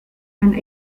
and